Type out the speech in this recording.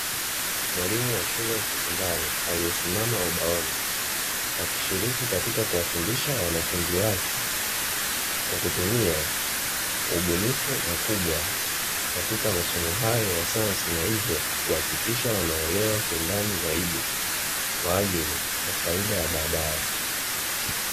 Mwalimu wa shule ya sekondari aliyesimama ubaoni akishiriki katika kuwafundisha wanafunzi wake kwa kutumia ubunifu mkubwa, katika masomo hayo ya sayansi na hivyo kuhakikisha wanaelewa kwa undani zaidi kwa ajili ya faida ya baadaye.